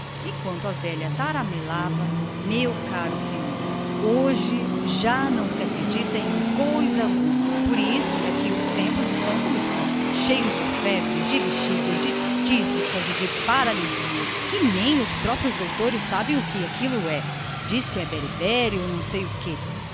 melhor enquanto a velha taramelava meu caro senhor mundico hojem dia já não se acredita em coisa alguma por isso é que os tempos estão como estão cheios de febres de bexigas de tísicas e de paralisias que nem mesmo os doutores de carta sabem o que aquilo é diz que é beribéri ou não sei quê o caso é que